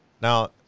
Now